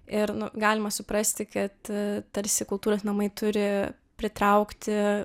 ir nu galima suprasti kad tarsi kultūros namai turi pritraukti